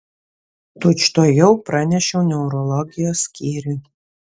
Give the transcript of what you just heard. tučtuojau pranešiau neurologijos skyriui